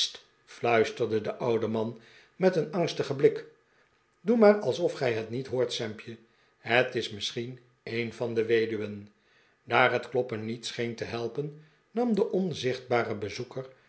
fluisterde de oude man met een angstigen blik doe maar alsof gij het niet hoort sampje het is misschien een van de weduwen daar het kloppen niet scheen te helpen nam de onzichtbare bezoeker